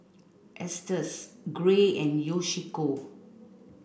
Estes Gray and Yoshiko